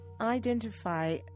identify